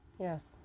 Yes